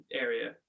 area